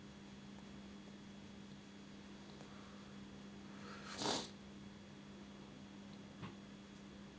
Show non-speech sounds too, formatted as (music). (breath)